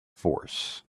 force